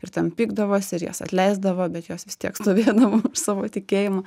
ir ten pykdavos ir jas atleisdavo bet jos vis tiek stovėdavo už savo tikėjimą